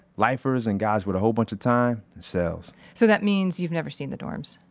lifers and guys with a whole bunch of time. cells so that means you've never seen the dorms?